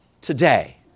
today